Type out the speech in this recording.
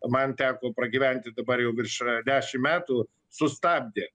man teko pragyventi dabar jau virš dešim metų sustabdė